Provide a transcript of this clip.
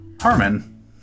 Harmon